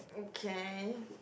okay